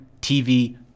TV